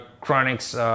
Chronics